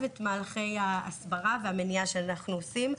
את מהלכי ההסברה והמניעה שאנחנו עושים.